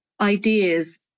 ideas